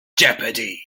jeopardy